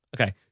Okay